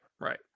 Right